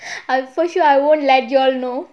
I push you I won't let you all know